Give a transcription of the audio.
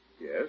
Yes